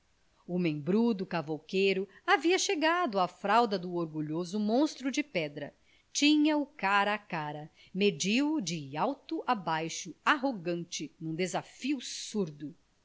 o membrudo cavouqueiro havia chegado a fralda do orgulhoso monstro de pedra tinha-o cara a cara mediu-o de alto a baixo arrogante num desafio surdo